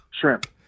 Shrimp